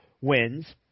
wins